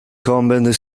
convent